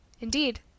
indeed